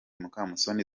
mukamusoni